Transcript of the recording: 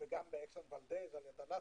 וגם ליד אלסקה,